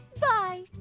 bye